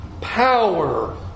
power